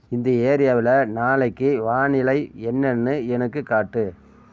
இந்த ஏரியாவில் நாளைக்கு வானிலை என்னென்னு எனக்குக் காட்டு